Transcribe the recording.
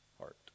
heart